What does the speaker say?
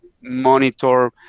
monitor